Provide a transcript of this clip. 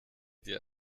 dir